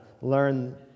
learn